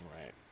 Right